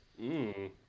Mmm